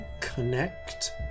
connect